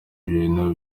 ibintu